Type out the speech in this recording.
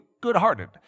good-hearted